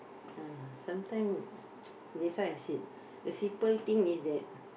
ah sometimes that's why I said the simple thing is that